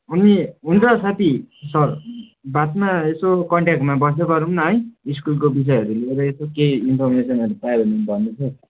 अनि हुन्छ साथी सर बादमा यसो कन्ट्याक्टमा बस्दै गरौँ है स्कुलको विषयहरू लिएर यसो केही इन्फोरमेसनहरू पायो भने भन्नु होस् है